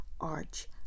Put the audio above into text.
arch